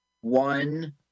one